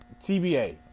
TBA